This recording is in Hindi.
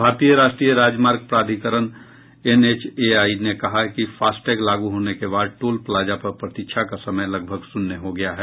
भारतीय राष्ट्रीय राजमार्ग प्राधिकरण एनएचएआई ने कहा है कि फास्टैग लागू होने के बाद टोल प्लाजा पर प्रतीक्षा का समय लगभग शून्य हो गया है